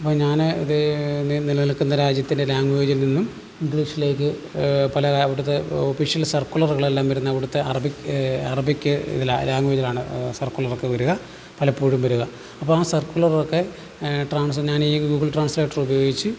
അപ്പോള് ഞാന് അത് നി നിലനിൽക്കുന്ന രാജ്യത്തിൻ്റെ ലാംഗ്വേജിൽ നിന്നും ഇംഗ്ലിഷിലേക്ക് പല അവിടത്തെ ഒഫീഷ്യൽ സർക്കുലറുകളെല്ലാം വരുന്ന അവിടുത്തെ അറബിക് അറബിക് ഇതിലാ ലാംഗ്വേജാണ് സർക്കുലറൊക്കെ വരുക പലപ്പോഴും വരുക അപ്പോള് ആ സർക്കുലറൊക്കെ ട്രാൻസ് ഞാനീ ഗൂഗിൾ ട്രാൻസിലേറ്റർ ഉപയോഗിച്ച്